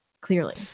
Clearly